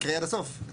תקראי עד הסוף.